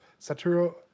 Satoru